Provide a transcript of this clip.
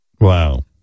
Wow